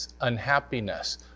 unhappiness